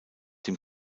dem